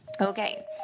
Okay